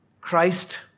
christ